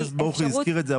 חבר הכנסת ברוכי הזכיר את זה,